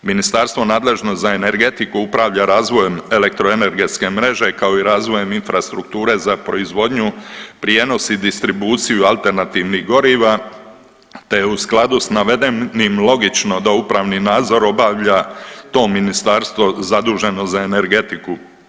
Ministarstvo nadležno za energetiku upravlja razvojem elektroenergetske mreže, kao i razvojem infrastrukture za proizvodnju, prijenos i distribuciju alternativnih goriva te je u skladu s navedenim logično da upravni nadzor obavlja to ministarstvo zaduženo za energetiku.